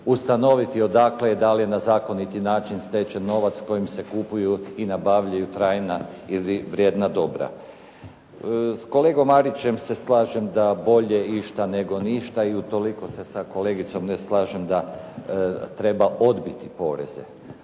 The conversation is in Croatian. ustanoviti odakle i da li je na zakoniti način stečen novac kojim se kupuju i nabavljaju trajna ili vrijedna dobra. S kolegom Marićem se slažem da bolje išta, nego ništa. I u toliko se sa kolegicom ne slažem da treba odbiti poreze.